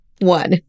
one